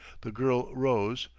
the girl rose.